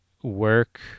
work